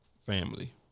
family